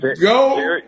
go